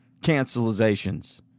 cancelizations